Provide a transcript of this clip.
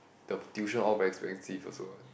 the tuition all very expensive also what